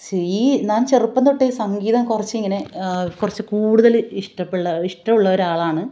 ഈ ഞാൻ ചെറുപ്പം തൊട്ടേ സംഗീതം കുറച്ച് ഇങ്ങനെ കുറച്ച് കൂടുതല് ഇഷ്ടപ്പുള്ള ഇഷ്ടം ഉള്ള ഒരാളാണ്